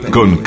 Con